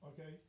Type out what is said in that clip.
okay